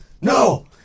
no